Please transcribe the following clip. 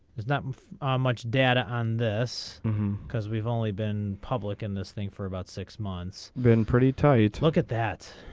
does not move are much data on this name because we've only been public in this thing for about six months been pretty tied to look at that.